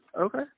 okay